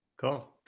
cool